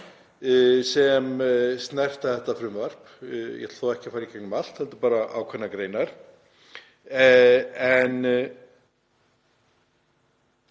sem snerta þetta frumvarp. Ég ætla þó ekki að fara í gegnum allt heldur bara ákveðnar greinar.